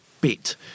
bit